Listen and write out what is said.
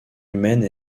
humaine